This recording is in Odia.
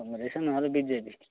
କଂଗ୍ରେସ ନହେଲେ ବି ଜେ ଡ଼ି